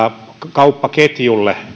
kauppaketjulle